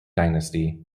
dynasty